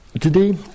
today